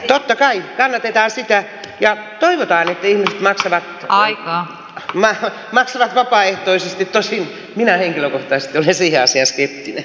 totta kai tämä tietää sitä ja tarjota ihmisille aikaa kyllä mä sitä vapaaehtoisesti tosin minä henkilökohtaisten esitä asiasi